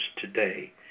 today